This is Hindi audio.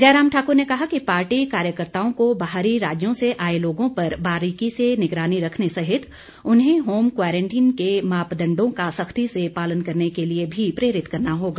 जयराम ठाकुर ने कहा कि पार्टी कार्यकर्ताओं को बाहरी राज्यों से आए लोगों पर बारीकी से निगरानी रखने सहित उन्हें होम क्वारंटीन के मापदण्डों का सख्ती से पालन करने के लिए भी प्रेरित करना होगा